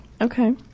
Okay